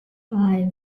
five